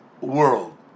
world